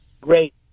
great